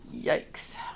yikes